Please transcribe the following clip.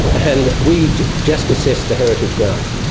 and we just assess the heritage grounds.